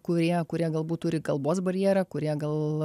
kurie kurie galbūt turi kalbos barjerą kurie gal